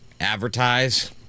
advertise